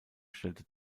stellte